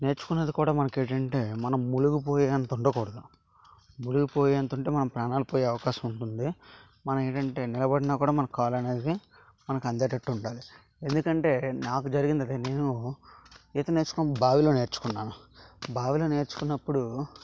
నేర్చుకున్నది కూడా మనకి ఏంటంటే మనం మునిగిపోయే అంత ఉండకూడదు మునిగిపోయేంత ఉంటే మన ప్రాణాలు పోయే అవకాశం ఉంటుంది మనం ఏంటంటే నిలబడిన కూడా మనకు కాలు అనేది మనకు అందేటట్టు ఉండాలి ఎందుకంటే నాకు జరిగింది అదే నేను ఈత నేర్చుకున్నపుడు బావిలో నేర్చుకున్నాను బావిలో నేర్చుకున్నపుడు